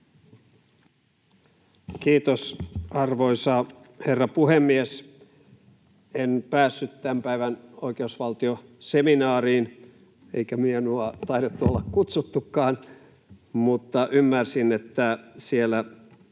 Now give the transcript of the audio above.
Kiitos, arvoisa herra puhemies! En päässyt tämän päivän oikeusvaltioseminaariin, eikä minua ollut taidettu kutsuakaan. Mutta ymmärsin, että siellä